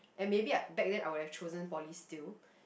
and maybe I back then I would have chosen poly still